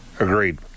Agreed